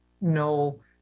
no